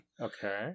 Okay